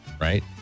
right